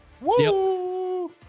Woo